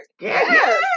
Yes